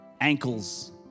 Ankles